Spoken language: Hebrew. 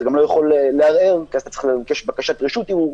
אתה גם לא יכול לערער כי אז אתה צריך לבקש בקשת רשות ערעור.